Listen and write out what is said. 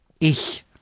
Ich